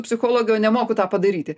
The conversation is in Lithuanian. psichologė o nemoku tą padaryti